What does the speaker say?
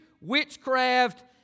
witchcraft